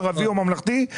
ערבי או ממלכתי,